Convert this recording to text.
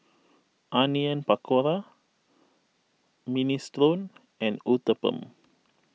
Onion Pakora Minestrone and Uthapam